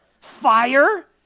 Fire